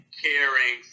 caring